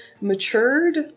matured